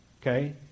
Okay